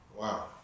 Wow